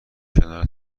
کنار